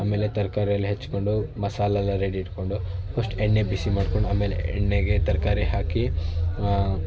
ಆಮೇಲೆ ತರಕಾರಿ ಎಲ್ಲ ಹೆಚ್ಕೊಂಡು ಮಸಾಲೆಯಲ್ಲ ರೆಡಿ ಇಟ್ಕೊಂಡು ಫಸ್ಟ್ ಎಣ್ಣೆ ಬಿಸಿ ಮಾಡ್ಕೊಂಡು ಆಮೇಲೆ ಎಣ್ಣೆಗೆ ತರಕಾರಿ ಹಾಕಿ